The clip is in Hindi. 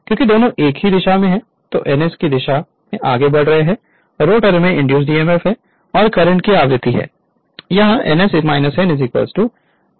क्योंकि दोनों एक ही दिशा में ns की दिशा में आगे बढ़ रहे हैं रोटर में इंड्यूस्ड emf और करंट की आवृत्ति है यह ns n 120 F2 P होगा